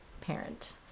parent